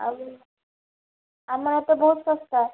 ଆଉ ଆମର ତ ବହୁତ ଶସ୍ତା